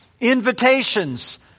invitations